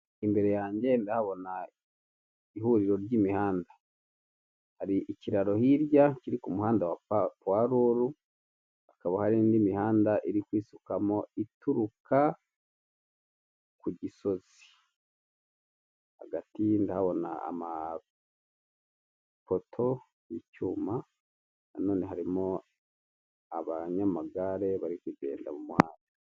Imbere yanjye ndahabona ihuriro ry'imihanda, hari ikiraro hirya kiri ku muhanda wa puwaruru, hakaba hari indi mihanda iri kwisukamo ituruka ku gisozi. Hagati ndahabona amapoto y'icyuma, nanone harimo abanyamagare bari kugenda mu muhanda.